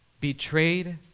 betrayed